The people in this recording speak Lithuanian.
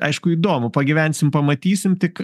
aišku įdomu pagyvensim pamatysim tik